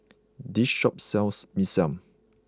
this shop sells Mee Siam